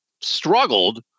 struggled